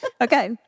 Okay